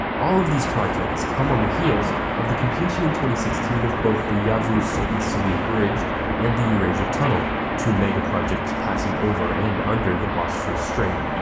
all of these projects come on the heels of the completion in two sixteen of both the yavuz sultan selim bridge and the eurasia tunnel, two megaprojects passing over and under the bosphorus strait.